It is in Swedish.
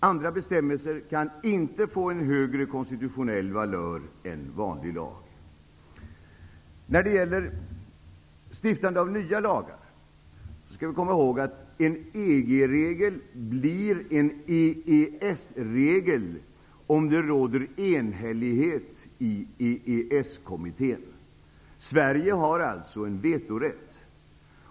Andra bestämmelser kan inte få en högre konstitutionell valör än vanlig lag. När det gäller stiftande av nya lagar skall vi komma ihåg att en EG-regel blir en EES-regel om det råder enhällighet i EES-kommittén. Sverige har alltså en vetorätt.